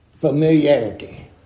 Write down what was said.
familiarity